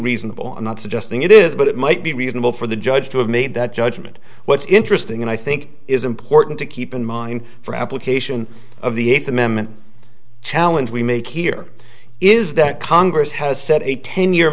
reasonable i'm not suggesting it is but it might be reasonable for the judge to have made that judgment what's interesting and i think is important to keep in mind for application of the eighth amendment challenge we make here is that congress has set a ten year